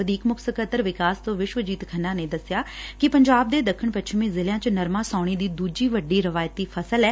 ਵਧੀਕ ਮੁੱਖ ਸਕੱਤਰ ਵਿਕਾਸ ਵਿਸਵਾਜੀਤ ਖੰਨਾ ਨੇ ਦੱਸਿਆ ਕਿ ਪੰਜਾਬ ਦੇ ਦੱਖਣ ਪੱਛਮੀ ਜ਼ਿਲ੍ਹਿਆਂ ਵਿੱਚ ਨਰਮਾ ਸਾਉਣੀ ਦੀ ਦੁਜੀ ਵੱਡੀ ਰਵਾਇਤੀ ਫਸਲ ਹੈ